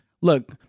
Look